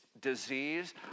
disease